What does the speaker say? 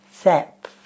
set